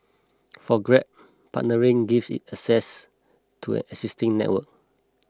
for grab partnering gives it access to an existing network